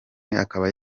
akaba